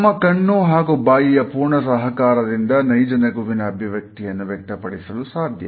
ತಮ್ಮ ಕಣ್ಣು ಹಾಗೂ ಬಾಯಿಯ ಪೂರ್ಣ ಸಹಕಾರದಿಂದ ನೈಜ ನಗುವಿನ ಅಭಿವ್ಯಕ್ತಿಯನ್ನು ವ್ಯಕ್ತಪಡಿಸಲು ಸಾಧ್ಯ